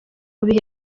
bihe